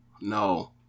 no